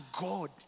God